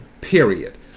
Period